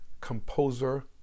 composer